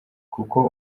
kuko